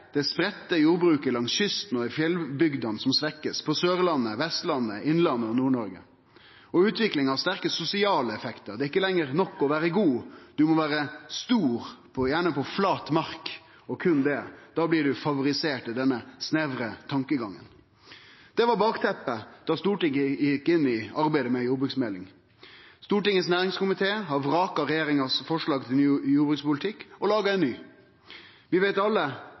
det spreidde jordbruket langs kysten og i fjellbygdene som blir svekt: på Sørlandet, på Vestlandet, i Innlandet og i Nord-Noreg. Utviklinga har sterk sosial effekt, det er ikkje lenger nok å vere god, ein må vere stor – gjerne på flat mark – og berre det. Da blir ein favorisert i denne snevre tankegangen. Dette var bakteppet da Stortinget gjekk inn i arbeidet med jordbruksmeldinga. Stortingets næringskomité har vraka regjeringas forslag til ny jordbrukspolitikk og laga ein ny. Vi veit vel alle